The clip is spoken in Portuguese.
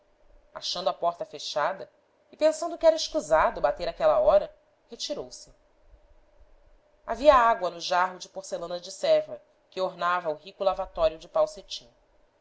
achando a porta fechada e pensando que era escusado bater àquela hora retirou-se havia água no jarro de porcelana de svres que ornava o rico lavatório de